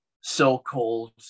so-called